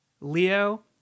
Leo